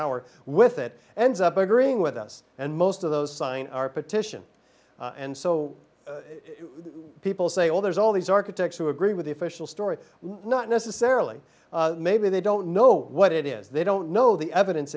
hour with it ends up agreeing with us and most of those sign our petition and so people say oh there's all these architects who agree with the official story well not necessarily maybe they don't know what it is they don't know the evidence